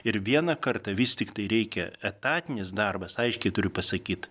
ir vieną kartą vis tiktai reikia etatinis darbas aiškiai turiu pasakyt